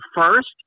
first